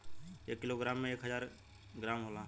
एक kilo gram में एक हजार ग्राम होला